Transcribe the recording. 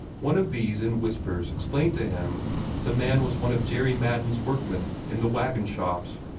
one of these in whispers explained to him that the man was one of jerry madden's workmen in the wagon-shops,